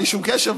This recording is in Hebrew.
בלי שום קשר,